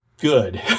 good